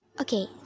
Okay